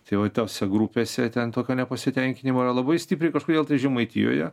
tai vat tose grupėse ten tokio nepasitenkinimo yra labai stipriai kažkodėl tai žemaitijoje